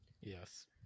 Yes